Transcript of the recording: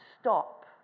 stop